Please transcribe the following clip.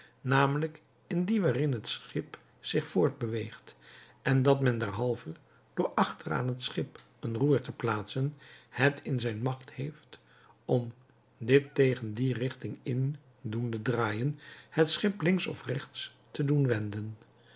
namelijk in die waarin het schip zich voortbeweegt en dat men derhalve door achter aan het schip een roer te plaatsen het in zijn macht heeft om dit tegen die richting in doende draaien het schip links of rechts te doen wenden